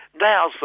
Now